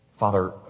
Father